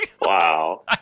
Wow